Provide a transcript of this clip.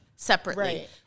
Separately